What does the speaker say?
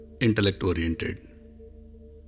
intellect-oriented